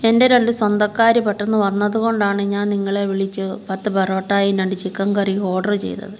എൻ്റെ രണ്ട് സ്വന്തക്കാർ പെട്ടന്ന് വന്നതുകൊണ്ടാണ് ഞാൻ നിങ്ങളെ വിളിച്ച് പത്ത് പൊറോട്ടായും രണ്ട് ചിക്കൻ കറിയും ഓഡർ ചെയ്തത്